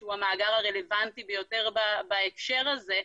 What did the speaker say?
שהוא המאגר הרלוונטי ביותר בהקשר הזה,